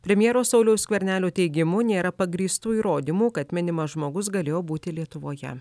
premjero sauliaus skvernelio teigimu nėra pagrįstų įrodymų kad minimas žmogus galėjo būti lietuvoje